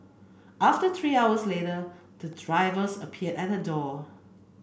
after three hours later the drivers appeared at her door